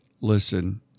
listen